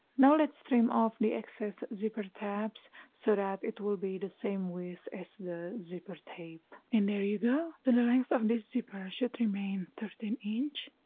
now let's trim off the excess zipper tabs so that it will be the same width as the zipper tape and there you go the length of this zipper should remain thirteen inch.